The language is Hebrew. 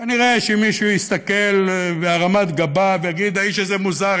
כנראה מישהו יסתכל בהרמת גבה ויגיד: האיש הזה מוזר,